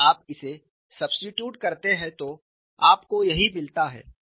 जब आप इसे सब्स्टिट्यूट करते हैं तो आपको यही मिलता है